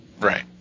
Right